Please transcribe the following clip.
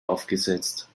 aufgesetzt